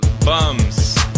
bums